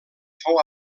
fou